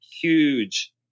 huge